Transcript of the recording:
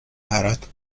برات